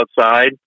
outside